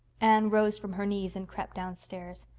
anne rose from her knees and crept downstairs.